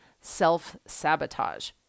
self-sabotage